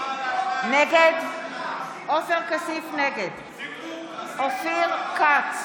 נגד חבר הכנסת אורבך.